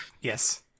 Yes